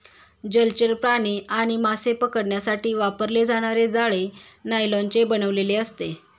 जलचर प्राणी आणि मासे पकडण्यासाठी वापरले जाणारे जाळे नायलॉनचे बनलेले असते